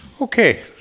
Okay